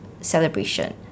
celebration